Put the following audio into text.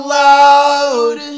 loud